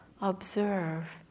observe